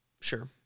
Sure